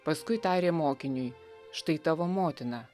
paskui tarė mokiniui štai tavo motina